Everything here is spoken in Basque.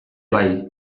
bai